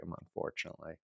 unfortunately